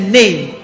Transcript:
name